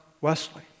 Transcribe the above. Wesley